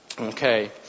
Okay